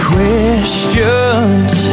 Questions